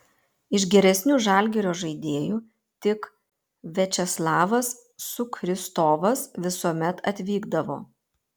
iš geresnių žalgirio žaidėjų tik viačeslavas sukristovas visuomet atvykdavo